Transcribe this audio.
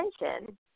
attention